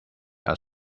are